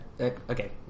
okay